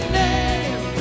name